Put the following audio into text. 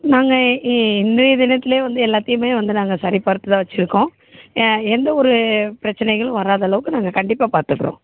நாங்கள் இ இந்த இடத்திலயே வந்து எல்லாத்தையுமே வந்து நாங்கள் சரிபார்த்து தான் வச்சுருக்கோம் எந்த ஒரு பிரச்சினைகளும் வராத அளவுக்கு நாங்கள் கண்டிப்பாக பார்த்துட்றோம்